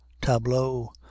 tableau